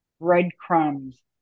breadcrumbs